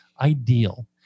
ideal